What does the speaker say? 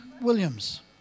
Williams